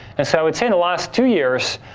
and so, i'd say in the last two years,